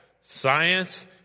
Science